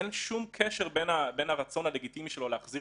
אין שום קשר בין הרצון הלגיטימי שלו להחזיר